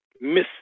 miss